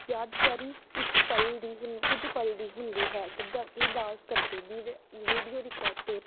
ਯਾਦਗਾਰੀ ਇੱਕ ਪਲ ਦੀ ਹੁਨ ਕੁਝ ਪਲ ਦੀ ਹੁੰਦੀ ਹੈ ਜਿੱਦਾਂ ਕੀ ਡਾਂਸ ਕਰਦੇ ਦੀ ਵੀਡੀਓ ਰਿਕਾਰਡ ਟੇਪ